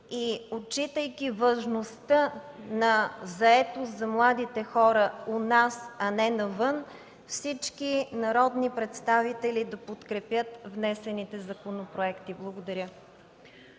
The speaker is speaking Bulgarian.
и отчитайки важността на заетост на младите хора у нас, а не навън, всички народни представители да подкрепят внесените законопроекти. Благодаря.